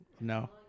No